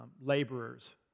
laborers